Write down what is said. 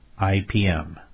IPM